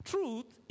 Truth